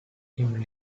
him